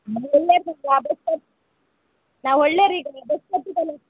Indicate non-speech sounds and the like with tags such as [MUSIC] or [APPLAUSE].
ನಮ್ಗೆ ಎಲ್ಲೇ [UNINTELLIGIBLE] ಆ ಬಸ್ ನಾವು ಒಳ್ಳೆಯ [UNINTELLIGIBLE]